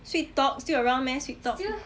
sweet talk still around meh sweet talk